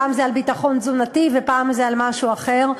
פעם זה על ביטחון תזונתי ופעם זה על משהו אחר,